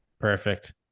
Perfect